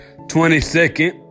22nd